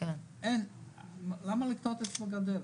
למה לקנות ממגדל.